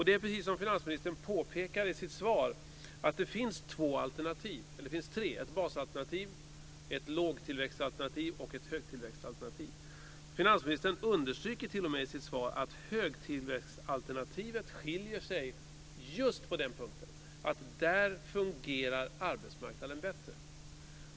Det är precis som finansministern påpekar i sitt svar, nämligen att det finns tre alternativ. Det finns ett basalternativ, ett lågtillväxtalternativ och ett högtillväxtalternativ. Finansministern understryker t.o.m. i sitt svar att högtillväxtalternativet skiljer sig just på en punkt, nämligen att där fungerar arbetsmarknaden bättre.